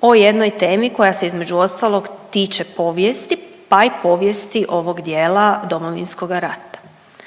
po jednoj temi koja se između ostalog tiče povijesti, pa i povijesti ovog dijela Domovinskoga rata.